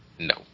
No